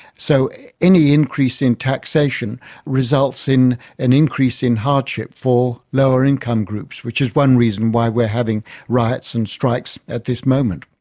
so any increase in taxation results in an increase in hardship for lower income groups which is one reason why we're having riots and strikes at this moment.